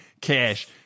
cash